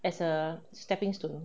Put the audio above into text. as a stepping stone